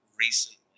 recently